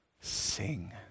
Sing